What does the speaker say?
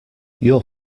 your